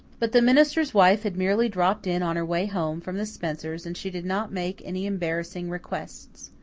but the minister's wife had merely dropped in on her way home from the spencers' and she did not make any embarrassing requests.